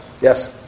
Yes